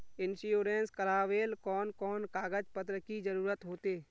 Insurance करावेल कोन कोन कागज पत्र की जरूरत होते?